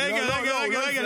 רגע, רגע, רגע.